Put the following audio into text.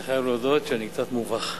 אני חייב להודות שאני קצת מובך.